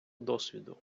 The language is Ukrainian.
досвіду